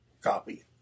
copy